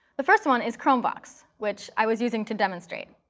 the first one is chromevox, which i was using to demonstrate.